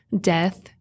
death